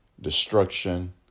destruction